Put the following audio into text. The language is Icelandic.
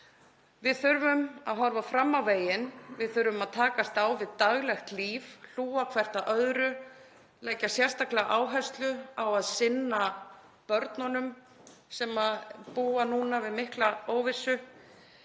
Við þurfum að horfa fram á veginn. Við þurfum að takast á við daglegt líf, hlúa hvert að öðru og leggja sérstaklega áherslu á að sinna börnunum sem búa núna við mikla óvissu.